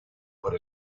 por